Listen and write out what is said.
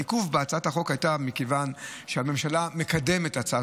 העיכוב בהצעת החוק היה מכיוון שהממשלה מקדמת הצעת